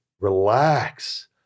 relax